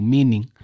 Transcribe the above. Meaning